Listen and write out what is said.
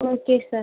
okay sir